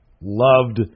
loved